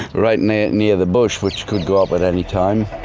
right near near the bush which could go up at any time.